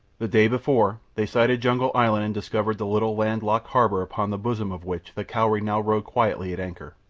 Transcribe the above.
the day before they sighted jungle island and discovered the little land-locked harbour upon the bosom of which the cowrie now rode quietly at anchor,